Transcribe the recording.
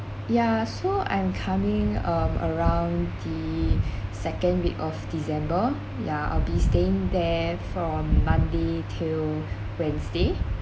yeah so I'm coming um around the second week of december yeah I'll be staying there from monday till wednesday